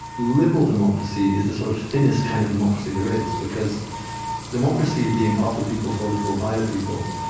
liberal democracy is the sort of thinnest kind of democracy there is, because democracy being of the people, for the people, by the people,